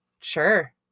sure